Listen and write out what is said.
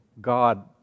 God